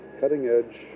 cutting-edge